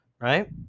right